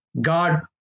God